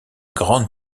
grande